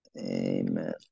Amen